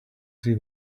see